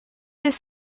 des